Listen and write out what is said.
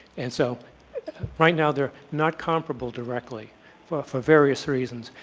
and so right now they're not comparable directly for for various reasons.